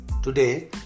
Today